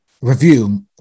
review